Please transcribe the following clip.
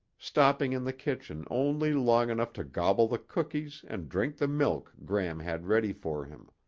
stopping in the kitchen only long enough to gobble the cookies and drink the milk gram had ready for him.